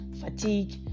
fatigue